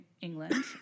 England